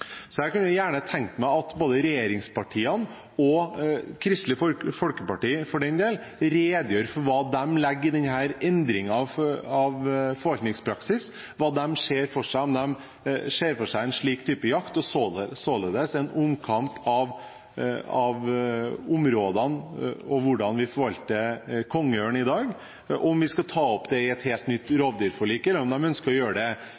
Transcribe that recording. Jeg kunne gjerne tenkt meg at både regjeringspartiene og, for den del, Kristelig Folkeparti redegjør for hva de legger i denne endringen av forvaltningspraksis, og hva de ser for seg. Ser de for seg en slik type jakt, og således en omkamp om områdene og hvordan vi forvalter kongeørnen i dag? Og skal vi ta det opp i et helt nytt rovviltforlik, eller ser de for seg å gjøre det